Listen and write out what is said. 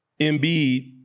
Embiid